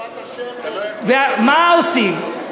ומה עושים?